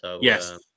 Yes